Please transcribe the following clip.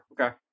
Okay